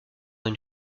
une